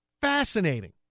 fascinating